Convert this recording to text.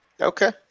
Okay